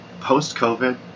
post-COVID